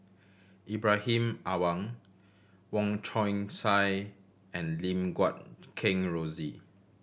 Ibrahim Awang Wong Chong Sai and Lim Guat Kheng Rosie